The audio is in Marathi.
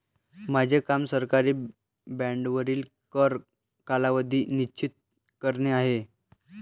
माझे काम सरकारी बाँडवरील कर कालावधी निश्चित करणे आहे